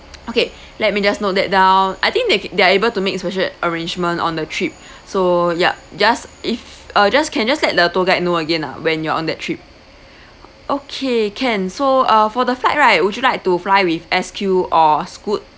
okay let me just note that down I think they ca~ they are able to make special arrangement on the trip so ya just if err just err can just let the tour guide know again ah when you're on that trip okay can so uh for the flight right would you like to fly with SQ or Scoot